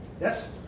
Yes